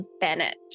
Bennett